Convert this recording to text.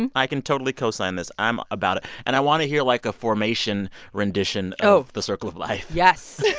and i can totally co-sign this. i'm about it. and i want to hear, like, a formation rendition of the circle of life. oh, yes.